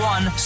One